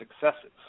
successes